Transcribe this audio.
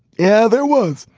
yeah, there was.